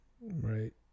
Right